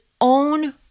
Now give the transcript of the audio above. own